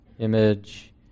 image